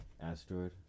asteroid